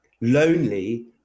lonely